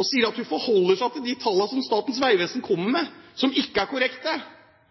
og sier at hun forholder seg til de tallene som Statens vegvesen kommer